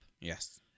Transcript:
yes